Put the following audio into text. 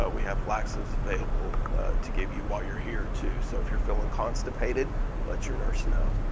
ah we have laxatives available to give you while you're here too. so if you're feeling constipated let your nurse know.